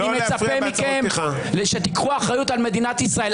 אני מצפה מכם, שתיקחו אחריות על מדינת ישראל.